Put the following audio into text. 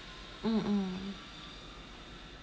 mm mm